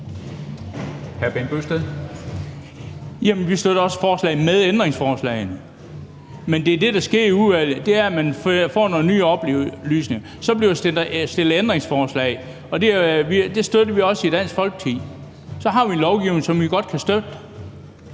vi støtter også forslagene med ændringsforslagene. Men det, der sker i udvalget, er, at man får nogle nye oplysninger, og så bliver der stillet ændringsforslag, og det støtter vi også i Dansk Folkeparti. Så har vi et lovforslag, som vi godt kan støtte,